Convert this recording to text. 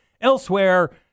Elsewhere